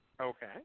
Okay